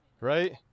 right